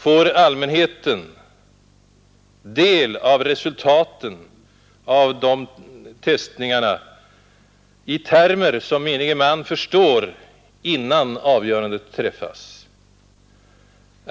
Får allmänheten del av resultaten av de testningarna i termer som menige man förstår innan avgörandet träffas?